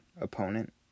opponent